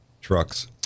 trucks